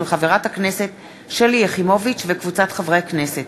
מאת חברת הכנסת שלי יחימוביץ וקבוצת חברי הכנסת,